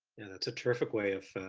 and that's a terrific way of